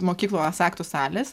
mokyklos aktų salės